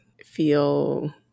feel